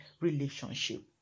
relationship